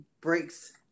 breaks